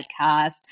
Podcast